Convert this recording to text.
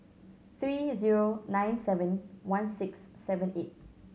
three zero nine seven one six seven eight